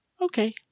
Okay